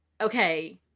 okay